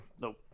Nope